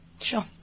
Sure